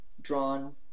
drawn